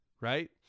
Right